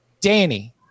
Danny